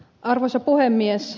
arvoisa puhemies